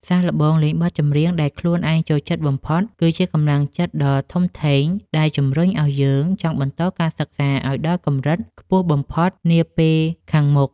សាកល្បងលេងបទចម្រៀងដែលខ្លួនឯងចូលចិត្តបំផុតគឺជាកម្លាំងចិត្តដ៏ធំធេងដែលជម្រុញឱ្យយើងចង់បន្តការសិក្សាឱ្យដល់កម្រិតខ្ពស់បំផុតនាពេលខាងមុខ។